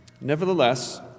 Nevertheless